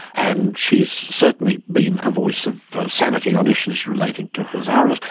and she's certainly been a voice of sanity on issues relating to hazaras,